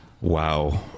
Wow